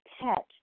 pet